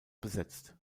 besetzt